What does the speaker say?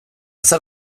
zer